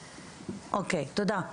אוקיי, תודה.